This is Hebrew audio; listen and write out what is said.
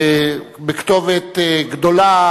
בכתובת גדולה,